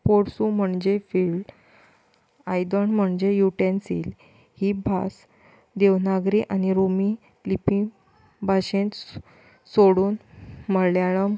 पोरसू म्हणजें फिल्ड आयदोण म्हणजें युटेंसील ही भास देवनागरी आनी रोमी लिपींत भाशेन सोडून मळयाळम